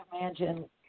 imagine